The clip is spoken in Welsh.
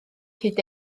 hyd